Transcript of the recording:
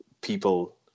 people